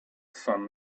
sun